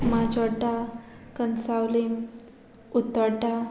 Majorda Cansaulim उत्तोड्डा